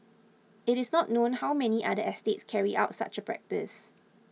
it is not known how many other estates carried out such a practice